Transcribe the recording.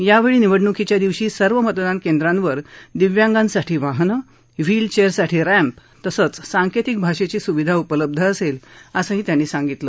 यावेळी निवडणुकीच्या दिवशी सर्व मतदान केंद्रांवर दिव्यांगांसाठी वाहनं व्हीलचेअरसाठी रॅम्प तसंच सांकेतिक भाषेची सुविधा उपलब्ध असेल असंही त्यांनी सांगितलं